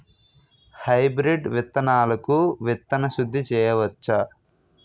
Hybrid విత్తనాలకు విత్తన శుద్ది చేయవచ్చ?